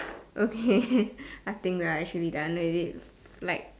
okay I think right should be done with it like